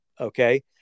okay